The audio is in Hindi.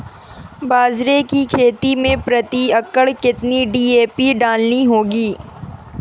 बाजरे की खेती में प्रति एकड़ कितनी डी.ए.पी डालनी होगी?